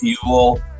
fuel